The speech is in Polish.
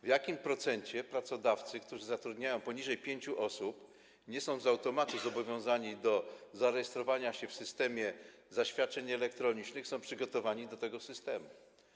W jakim procencie pracodawcy, którzy zatrudniają poniżej 5 osób i nie są z automatu zobowiązani do zarejestrowania się w systemie zaświadczeń elektronicznych, są przygotowani do wprowadzenia tego systemu?